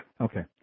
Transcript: Okay